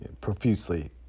profusely